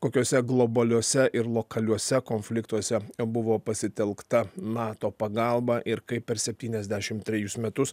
kokiose globaliuose ir lokaliuose konfliktuose buvo pasitelkta nato pagalba ir kaip per septyniasdešim trejus metus